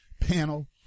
panel